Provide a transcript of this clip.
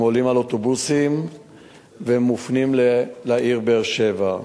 הם עולים על אוטובוסים ומופנים לעיר באר-שבע.